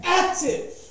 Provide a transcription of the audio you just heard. active